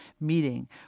meeting